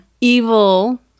evil